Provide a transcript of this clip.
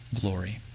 Glory